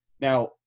now